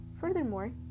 Furthermore